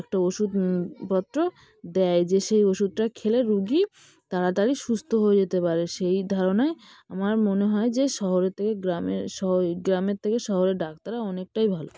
একটা ওষুধ পত্র দেয় যে সেই ওষুধটা খেলে রোগী তাড়াতাড়ি সুস্থ হয়ে যেতে পারে সেই ধারণায় আমার মনে হয় যে শহরের থেকে গ্রামের গ্রামের থেকে শহরের ডাক্তাররা অনেকটাই ভালো